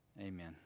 Amen